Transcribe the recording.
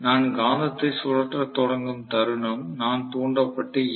நான் காந்தத்தை சுழற்றத் தொடங்கும் தருணம் நான் தூண்டப்பட்ட ஈ